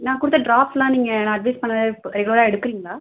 நான் கொடுத்த ட்ராப்ஸ்ஸெலாம் நீங்கள் நான் அட்வைஸ் பண்ணதை ரெகுலராக எடுக்கறீங்களா